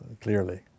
Clearly